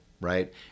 right